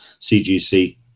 CGC